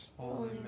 Holy